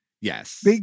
Yes